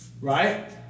right